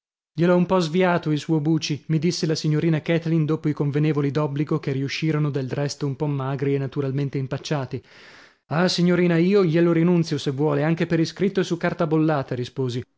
gliel'ho un po sviato il suo buci mi disse la signorina kathleen dopo i convenevoli d'obbligo che riuscirono del resto un po magri e naturalmente impacciati ah signorina io glielo rinunzio se vuole anche per iscritto e su carta bollata risposi